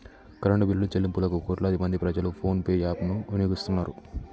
current బిల్లుల చెల్లింపులకు కోట్లాది మంది ప్రజలు ఫోన్ పే యాప్ ను వినియోగిస్తున్నరు